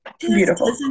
beautiful